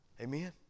Amen